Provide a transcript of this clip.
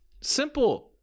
Simple